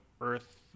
Earth